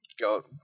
Go